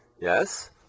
yes